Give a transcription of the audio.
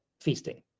feasting